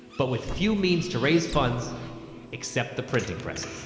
but with few means to raise funds except the printing presses.